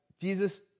Jesus